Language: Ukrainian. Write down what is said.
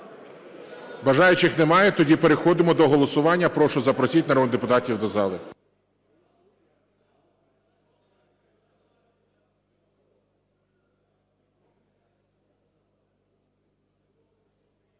Бажаючих немає, тоді переходимо до голосування. Прошу, запросіть народних депутатів до зали.